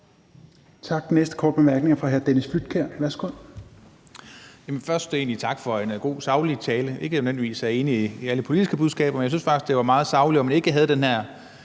Tak. Den næste korte bemærkning er fra hr. Dennis Flydtkjær. Værsgo.